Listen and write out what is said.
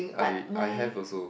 but my